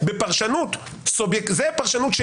זו פרשנות שלי,